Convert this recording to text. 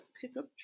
pickup